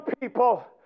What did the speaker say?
people